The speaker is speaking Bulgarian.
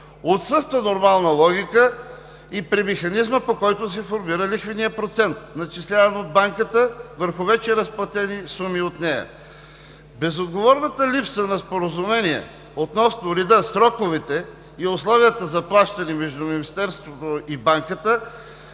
Отсъства нормална логика и при механизма, по който се формира лихвеният процент, начисляван в Банката върху вече разплатени суми от нея. Безотговорната липса на споразумения относно реда, сроковете и условията за плащане между Министерството и Банката